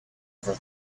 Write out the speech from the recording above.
for